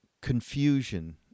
confusion